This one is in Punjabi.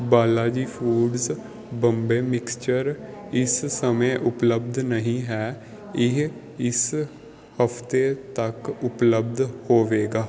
ਬਾਲਾਜੀ ਫੂਡਸ ਬੰਬੇ ਮਿਕਸਚਰ ਇਸ ਸਮੇਂ ਉਪਲੱਬਧ ਨਹੀਂ ਹੈ ਇਹ ਇਸ ਹਫ਼ਤੇ ਤੱਕ ਉਪਲੱਬਧ ਹੋਵੇਗਾ